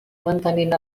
mantenint